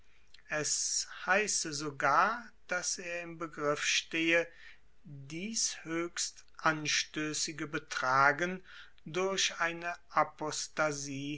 es heiße sogar daß er im begriff stehe dieses höchst anstößige betragen durch eine